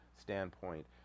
standpoint